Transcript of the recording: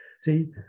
See